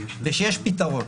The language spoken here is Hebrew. ויש פתרון,